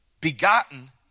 begotten